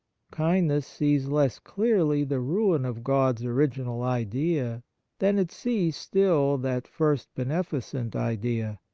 kindness sees less clearly the ruin of god's original idea than it sees still that first beneficent idea,